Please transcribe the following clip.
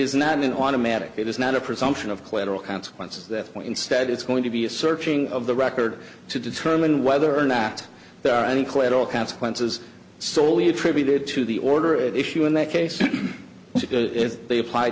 is not an automatic it is not a presumption of collateral consequences that point instead it's going to be a searching of the record to determine whether or not there are any collateral consequences solely attributed to the order issue in that case if they apply